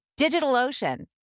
DigitalOcean